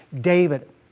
David